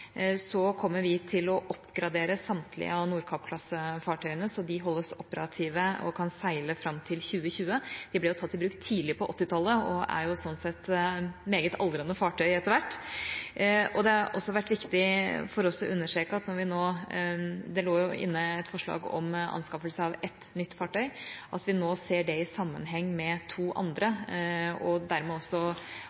kommer vi til å oppgradere samtlige av Nordkapp-klasse-fartøyene så de holdes operative og kan seile fram til 2020. De ble jo tatt i bruk tidlig på 1980-tallet og er sånn sett meget aldrende fartøyer etter hvert. Det har også vært viktig for oss å understreke at vi nå, når det jo lå inne et forslag om anskaffelse av ett nytt fartøy, ser det i sammenheng med to andre og dermed også